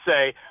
say